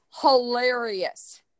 hilarious